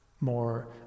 more